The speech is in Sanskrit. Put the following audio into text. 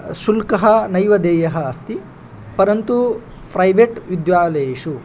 शुक्लः नैव देयः अस्ति परन्तु प्रैवेट् विद्यालयेषु